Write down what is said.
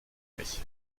mich